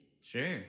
Sure